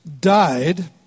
died